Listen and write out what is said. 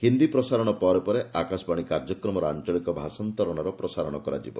ହିନ୍ଦୀ ପ୍ରସାରଣ ପରେ ପରେ ଆକାଶବାଣୀ କାର୍ଯ୍ୟକ୍ରମର ଆଞ୍ଚଳିକ ଭାଷାନ୍ତରଣର ପ୍ରସାରଣ କରିବ